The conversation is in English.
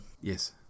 Yes